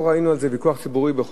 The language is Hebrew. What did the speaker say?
לא ראינו ויכוח ציבורי על זה,